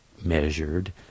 measured